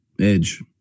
edge